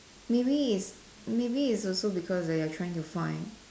maybe if maybe it's also because like you're also trying to find